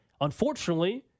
Unfortunately